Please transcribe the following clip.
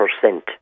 percent